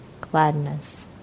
gladness